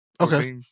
Okay